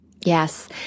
Yes